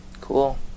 Cool